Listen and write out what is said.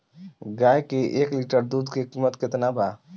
गाय के एक लीटर दुध के कीमत केतना बा?